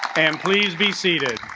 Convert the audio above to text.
and please be seated